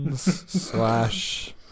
slash